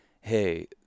hey